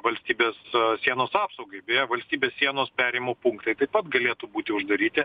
valstybės sienos apsaugai beje valstybės sienos perėjimo punktai taip pat galėtų būti uždaryti